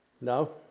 No